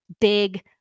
big